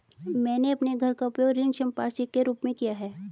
मैंने अपने घर का उपयोग ऋण संपार्श्विक के रूप में किया है